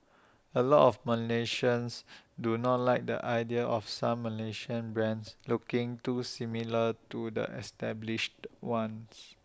A lot of Malaysians do not like the idea of some Malaysian brands looking too similar to the established ones